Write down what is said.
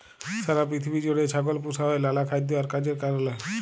সারা পিথিবী জুইড়ে ছাগল পুসা হ্যয় লালা খাইদ্য আর কাজের কারলে